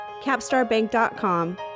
capstarbank.com